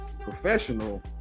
professional